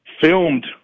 filmed